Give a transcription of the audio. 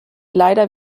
leider